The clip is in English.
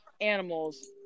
animals